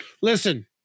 Listen